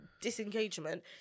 disengagement